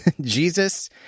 Jesus